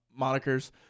monikers